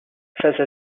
face